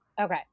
Okay